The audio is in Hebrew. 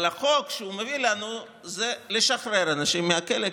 אבל החוק שהוא מביא לנו זה לשחרר אנשים מהכלא,